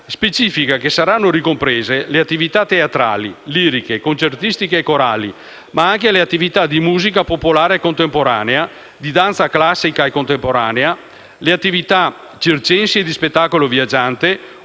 specifica che saranno ricomprese le attività teatrali, liriche, concertistiche e corali, ma anche le attività di musica popolare contemporanea, di danza classica e contemporanea, le attività circensi e di spettacolo viaggiante,